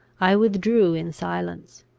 i withdrew in silence.